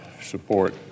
support